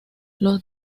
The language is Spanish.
los